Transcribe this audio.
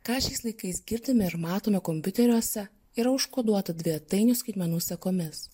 ką šiais laikais girdime ir matome kompiuteriuose yra užkoduota dvejtainių skaitmenų sekomis